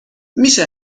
میشه